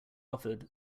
offered